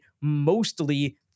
mostly